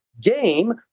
game